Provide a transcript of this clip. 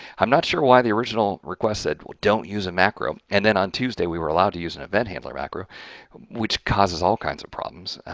i'm not sure why the original request said don't use a macro. and then on tuesday we were allowed to use an eventhandler macro which causes all kinds of problems.